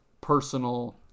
personal